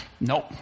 Nope